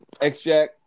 X-Jack